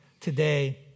today